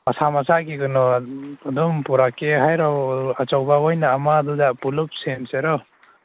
ꯃꯁꯥ ꯃꯁꯥꯒꯤ ꯀꯩꯅꯣ ꯑꯗꯨꯝ ꯄꯨꯔꯛꯀꯦ ꯍꯥꯏꯔꯣ ꯑꯆꯧꯕ ꯑꯣꯏꯅ ꯑꯃꯗꯨꯗ ꯄꯨꯂꯞ ꯁꯦꯟꯁꯤꯔꯣ